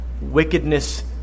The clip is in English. wickedness